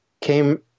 came